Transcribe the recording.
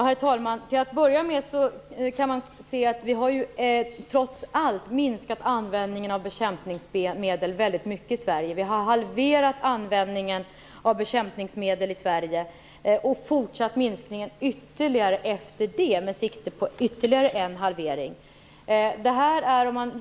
Herr talman! Trots allt har vi minskat användningen av bekämpningsmedel väldigt mycket i Sverige. Vi har ju halverat användningen av bekämpningsmedel i Sverige och fortsatt minskningen ytterligare efter det, med sikte på ytterligare en halvering.